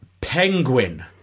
Penguin